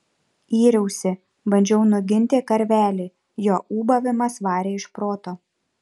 yriausi bandžiau nuginti karvelį jo ūbavimas varė iš proto